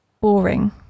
Boring